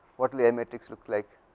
what will be i matrix look like,